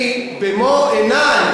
אני במו-עיני,